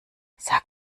sag